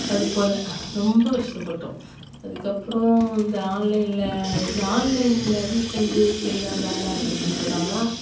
அதுபோல் ரொம்ப கஷ்டப்பட்டோம் அதுக்கப்புறம் இந்த ஆன்லைனில் இந்த ஆன்லைனில் வீட்டிலேருந்து செய்யலாம் வேலை அப்படி இப்படின்னு போட்டாங்களா